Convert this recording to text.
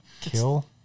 Kill